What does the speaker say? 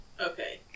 Okay